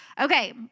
Okay